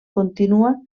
contínua